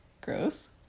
gross